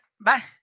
bye